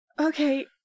Okay